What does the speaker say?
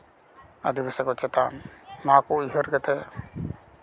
ᱟᱹᱫᱤᱵᱟᱹᱥᱤ ᱠᱚ ᱪᱮᱛᱟᱱ ᱱᱚᱣᱟ ᱠᱚ ᱩᱭᱦᱟᱹᱨ ᱠᱟᱛᱮ